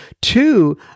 two